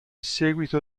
seguito